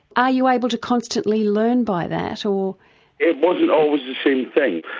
are you able to constantly learn by that? so it wasn't always the same thing.